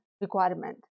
requirement